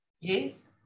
yes